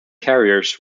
carriers